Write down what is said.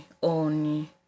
on